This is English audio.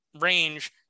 range